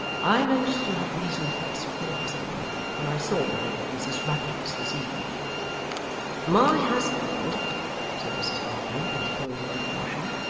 i meant to have reasoned thus with your husband when i saw him at mrs rudge's this evening my husband said mrs varden, interposing with emotion,